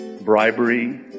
Bribery